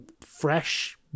fresh